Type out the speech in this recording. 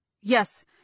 Yes